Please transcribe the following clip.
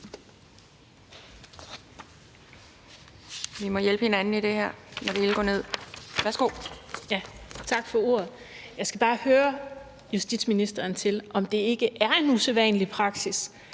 Vi må hjælpe hinanden i det her, når det hele går ned. Værsgo. Kl. 12:04 Karina Lorentzen Dehnhardt (SF): Tak for ordet. Jeg skal bare høre justitsministeren, om det ikke er en usædvanlig praksis,